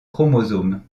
chromosomes